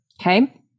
Okay